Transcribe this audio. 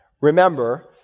Remember